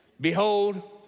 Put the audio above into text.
Behold